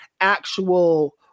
actual